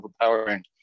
overpowering